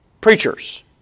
preachers